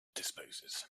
disposes